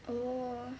oh